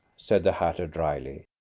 said the hatter drily.